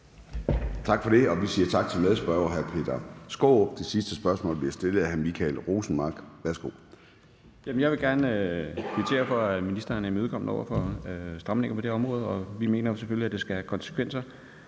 Tak for det, og vi siger tak til medspørger hr. Peter Skaarup. Det sidste spørgsmål bliver stillet af hr. Michael Rosenmark. Værsgo. Kl. 14:19 Michael Rosenmark (DD): Jeg vil gerne kvittere for, at ministeren er imødekommende over for stramninger på det område. Vi mener selvfølgelig, at det skal have konsekvenser,